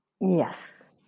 Yes